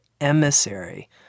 emissary